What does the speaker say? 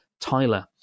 Tyler